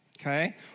okay